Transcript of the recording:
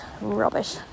rubbish